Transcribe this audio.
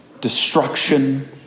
destruction